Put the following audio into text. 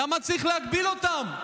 למה צריך להגביל אותם?